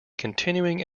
continuing